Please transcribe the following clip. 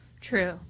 True